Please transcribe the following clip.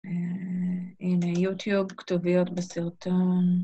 הנה יוטיוב כתוביות בסרטון.